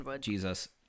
jesus